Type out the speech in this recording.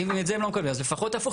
אם את זה הם לא מקבלים, אז לפחות הפוך.